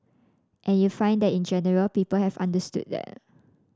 and you find that in general people have understood that